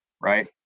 Right